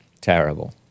Terrible